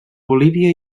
bolívia